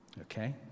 okay